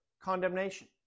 condemnation